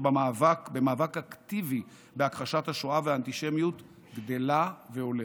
במאבק אקטיבי בהכחשת השואה ובאנטישמיות גדלה והולכת.